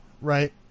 Right